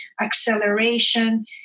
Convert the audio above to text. acceleration